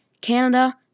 Canada